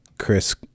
Chris